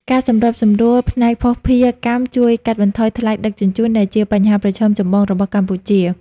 ការសម្របសម្រួលផ្នែកភស្តុភារកម្មជួយកាត់បន្ថយថ្លៃដឹកជញ្ជូន ដែលជាបញ្ហាប្រឈមចម្បងរបស់កម្ពុជា។